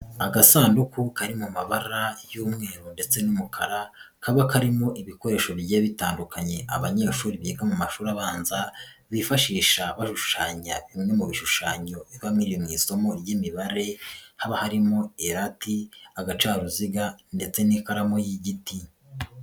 Agasanduku kari mu mabara y'umweru ndetse n'umukara, kaba karimo ibikoresho bigiye bitandukanye abanyeshuri biga mu mashuri abanza bifashisha bashushanya bimwe mu bishushanyo biba biri mu isomo ry'imibare, haba harimo irati, agacaruziga ndetse n'ikaramu y'igiti.